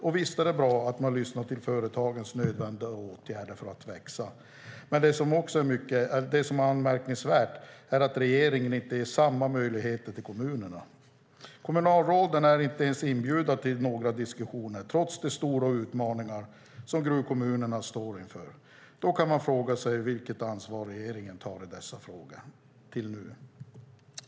Och visst är det bra att man lyssnar till företagens krav på åtgärder för att växa, men det som är anmärkningsvärt är att regeringen inte ger kommunerna samma möjligheter. Kommunalråden är inte ens inbjudna till några diskussioner trots de stora utmaningar som gruvkommunerna står inför. Då kan man fråga sig vilket ansvar regeringen tar i dessa frågor.